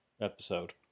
episode